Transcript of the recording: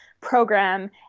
program